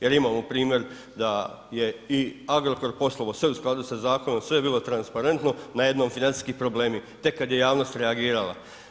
Jer imamo primjer da je i Agrokor poslovao sve u skladu sa zakonom, sve je bilo transparentno najednom financijski problemi, tek kad je javnost reagirala.